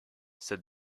said